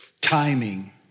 Timing